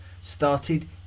started